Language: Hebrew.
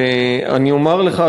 ואני אומר לך,